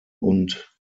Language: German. und